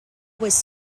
was